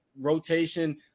rotation